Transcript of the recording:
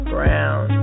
Brown